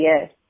yes